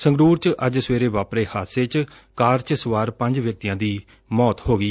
ਸੰਗਰਰ ਚ ਅੱਜ ਸਵੇਰੇ ਵਾਪਰੇ ਹਾਦਸੇ ਚ ਕਾਰ ਚ ਸਵਾਰ ਪੰਜ ਵਿਅਕਡੀਆਂ ਦੀ ਮੌਤ ਹੋ ਗਈ